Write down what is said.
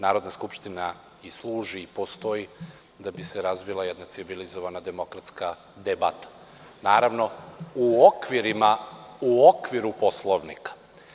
Narodna skupština i služi i postoji da bi se razvila jedna civilizovana demokratska debata, naravno, u okviru Poslovnika.